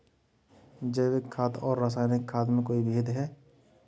जैविक खाद और रासायनिक खाद में कोई भेद है?